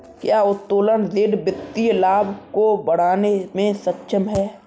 क्या उत्तोलन ऋण वित्तीय लाभ को बढ़ाने में सक्षम है?